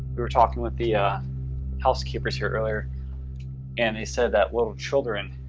we're talking with the ah housekeeper here earlier and they said that while children